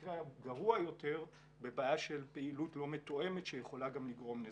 ובמקרה הגרוע יותר בבעיה של פעילות לא מתואמת שיכולה גם לגרום נזקים.